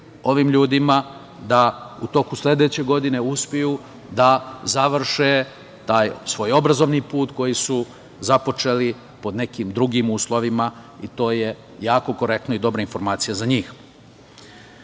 ovim ljudima da u toku sledeće godine uspeju da završe taj svoj obrazovni put koji su započeli pod nekim drugim uslovima. To je jako korektno i dobra informacija za njih. Pred